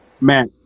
man